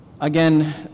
Again